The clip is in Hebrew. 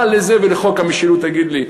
מה לזה ולחוק המשילות, תגיד לי.